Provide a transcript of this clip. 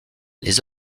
les